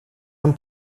han